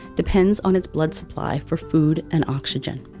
depends on its blood supply for food and oxygen.